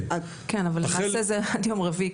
כן אבל למעשה זה יום רביעי,